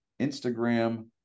Instagram